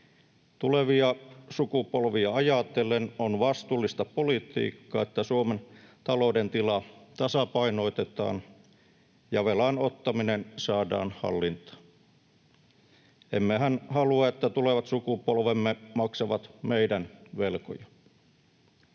Tulevia sukupolvia ajatellen on vastuullista politiikkaa, että Suomen talouden tila tasapainotetaan ja velan ottaminen saadaan hallintaan. Emmehän halua, että tulevat sukupolvemme maksavat meidän velkoja.